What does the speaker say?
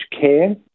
care